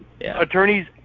Attorneys